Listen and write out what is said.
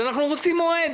אנחנו רוצים מועד.